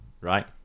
Right